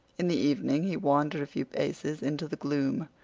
in the evening he wandered a few paces into the gloom.